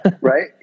right